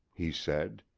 he said.